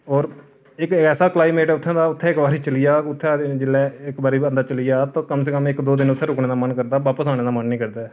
होर इक ऐसा क्लाइमेट ऐ उत्थूं दा उत्थै इक बारी चली जाह्ग उत्थै जेल्लै इक बारी बंदा उत्थै चली जा ते कम से कम इक दो दिन उत्थै रुकने दा मन करदा ऐ बापस औने दा मन नेईं करदा ऐ